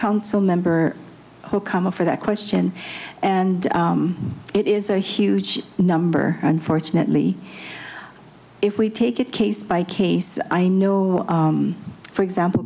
council member who come up for that question and it is a huge number unfortunately if we take it case by case i know for example